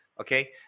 okay